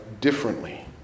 differently